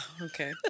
Okay